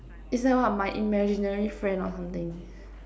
is like what my imaginary friend or something